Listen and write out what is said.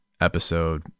episode